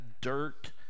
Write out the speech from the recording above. dirt